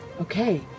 Okay